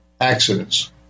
accidents